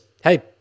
hey